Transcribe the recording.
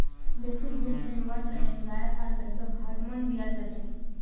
बेसी दूध निकलव्वार तने गाय आर भैंसक हार्मोन दियाल जाछेक